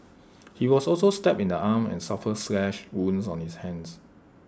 he was also stabbed in the arm and suffered slash wounds on his hands